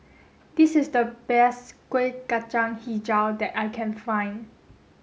this is the best Kuih Kacang Hijau that I can find